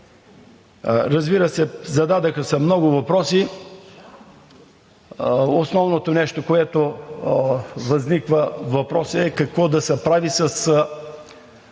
Разбира се, зададоха се много въпроси и основното нещо, което възниква, въпросът е: какво да се прави с